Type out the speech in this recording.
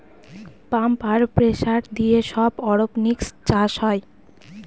pump আর pressure দিয়ে সব অরপনিক্স চাষ হয়